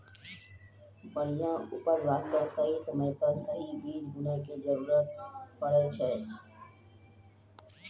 बढ़िया उपज वास्तॅ सही समय पर सही बीज बूनै के जरूरत पड़ै छै